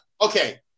Okay